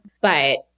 But-